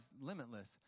limitless